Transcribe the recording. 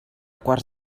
quarts